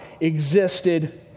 existed